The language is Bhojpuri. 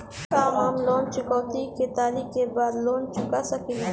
का हम लोन चुकौती के तारीख के बाद लोन चूका सकेला?